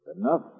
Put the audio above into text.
enough